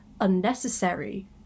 unnecessary